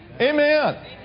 Amen